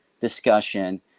discussion